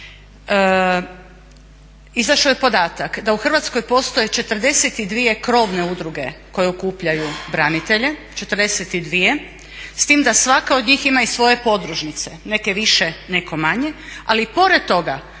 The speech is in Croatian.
izašao je podatak da u Hrvatskoj postoji 42 krovne udruge koje okupljaju branitelje 42 s tim da svaka od njih ima i svoje podružnice neke više neke manje. Ali pored toga